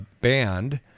banned